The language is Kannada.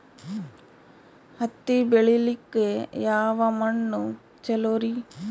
ಹತ್ತಿ ಬೆಳಿಲಿಕ್ಕೆ ಯಾವ ಮಣ್ಣು ಚಲೋರಿ?